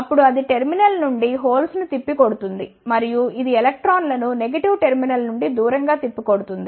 అప్పుడు అది టెర్మినల్ నుండి హోల్స్ ను తిప్పికొడుతుంది మరియు ఇది ఎలక్ట్రాన్లను నెగెటివ్ టెర్మినల్ నుండి దూరం గా తిప్పికొడుతుంది